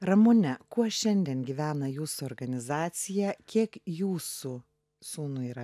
ramune kuo šiandien gyvena jūsų organizacija kiek jūsų sūnui yra